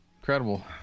Incredible